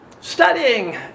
studying